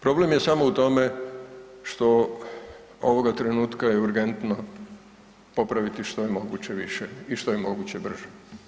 Problem je samo u tome što ovoga trenutka je urgentno popraviti što je moguće više i što je moguće brže.